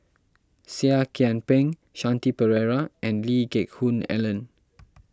Seah Kian Peng Shanti Pereira and Lee Geck Hoon Ellen